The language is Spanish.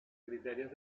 criterios